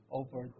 over